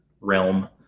realm